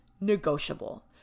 negotiable